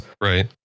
Right